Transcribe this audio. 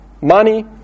money